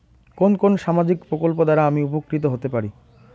কোন কোন সামাজিক প্রকল্প দ্বারা আমি উপকৃত হতে পারি?